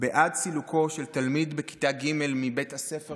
בעד סילוקו של תלמיד בכיתה ג' מבית הספר